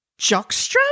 jockstrap